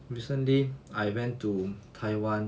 recently I went to taiwan